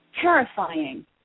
terrifying